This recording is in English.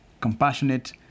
compassionate